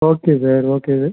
okay sir okay sir